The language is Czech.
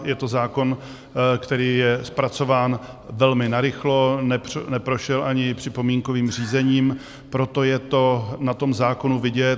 Je to zákon, který je zpracován velmi narychlo, neprošel ani připomínkovým řízením, proto je to na tom zákonu vidět.